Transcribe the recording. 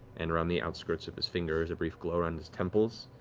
and around the outskirts of his fingers, a brief glow around his temples.